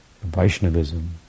Vaishnavism